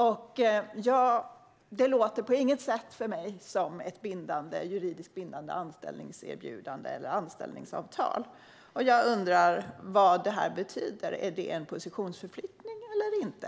För mig låter detta inte på något sätt som ett juridiskt bindande anställningserbjudande eller anställningsavtal. Jag undrar vad det här betyder. Är det en positionsförflyttning eller inte?